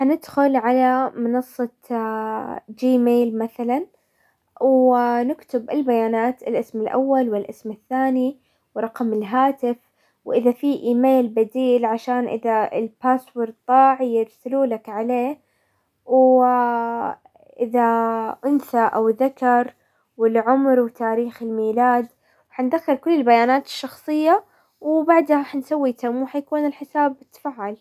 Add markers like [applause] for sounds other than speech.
حندخل على منصة [hesitation] جيميل مثلا ونكتب البيانات الاسم الاول، والاسم الثاني، ورقم الهاتف، واذا في ايميل بديل عشان اذا الباسوورد ضاع يرسلوا لك عليه، اذا انثى او ذكر، والعمر، وتاريخ الميلاد، حندخل كل البيانات الشخصية، وبعدها حنسوي تم، حيكون الحساب تفعل.